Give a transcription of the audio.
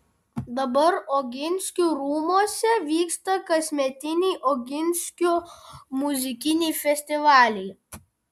dabar oginskių rūmuose vyksta kasmetiniai oginskių muzikiniai festivaliai